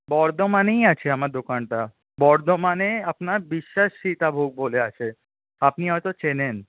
বর্ধমানেই আছে আমার দোকানটা বর্ধমানে আপনার বিশ্বাস সীতাভোগ বলে আছে আপনি হয়ত চেনেন